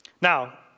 Now